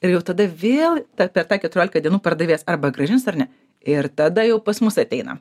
ir jau tada vėl per tą keturiolika dienų pardavėjas arba grąžins ar ne ir tada jau pas mus ateina